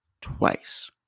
twice